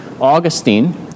Augustine